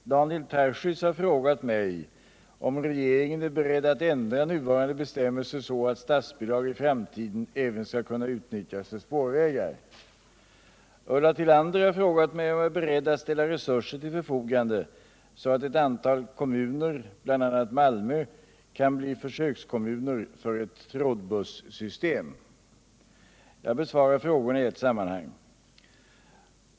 Herr talman! Daniel Tarschys har frågat mig om regeringen är beredd att ändra nuvarande bestämmelser så att statsbidrag i framtiden även skall kunna utnyttjas för spårvägar. Ulla Tillander har frågat mig om jag är beredd att ställa resurser till förfogande så att ett antal kommuner, bl.a. Malmö, kan bli försökskommuner för ett trådbussystem. Jag besvarar frågorna i ett sammanhang.